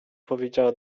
powiedziała